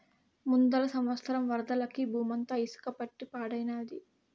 ముందల సంవత్సరం వరదలకి బూమంతా ఇసక పట్టి పాడైనాది